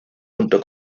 junto